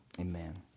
Amen